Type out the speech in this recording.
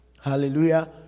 hallelujah